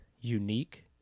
unique